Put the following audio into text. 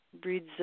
breeds